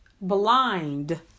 blind